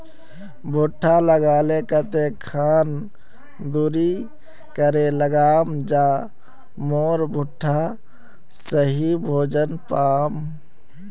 भुट्टा लगा ले कते खान दूरी करे लगाम ज मोर भुट्टा सही भोजन पाम?